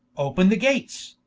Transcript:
open the gates,